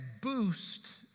boost